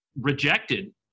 rejected